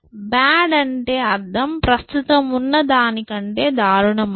bad అంటే అర్థం ప్రస్తుతం ఉన్న దాని కంటే దారుణమైనది